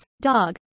Dog